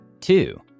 Two